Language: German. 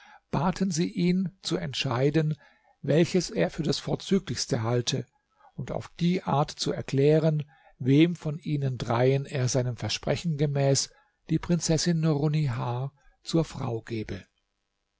baten sie ihn zu entscheiden welches er für das vorzüglichste halte und auf die art zu erklären wem von ihnen dreien er seinem versprechen gemäß die prinzessin nurunnihar zur frau gebe